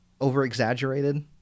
Overexaggerated